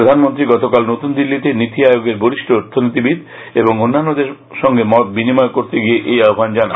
প্রধানমন্ত্রী গতকাল নতুন দিল্লিতে নীতি আয়োগের বরিষ্ঠ অর্থনীতিবিদ ও অন্যান্যদের সঙ্গে মত বিনিময় করতে গিয়ে এই আহ্বান জানান